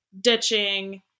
ditching